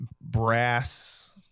brass